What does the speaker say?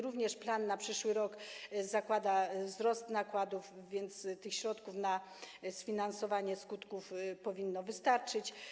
Również plan na przyszły rok zakłada wzrost nakładów, więc tych środków na sfinansowanie skutków powinno wystarczyć.